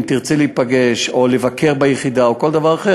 אם תרצי להיפגש או לבקר ביחידה או כל דבר אחר,